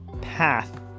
path